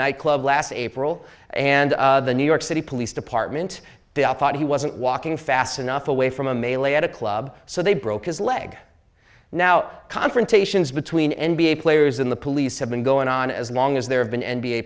nightclub last april and the new york city police department they all thought he wasn't walking fast enough away from a melee at a club so they broke his leg now confrontations between n b a players in the police have been going on as long as there have been n